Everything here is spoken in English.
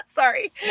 Sorry